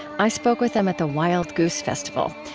i spoke with them at the wild goose festival.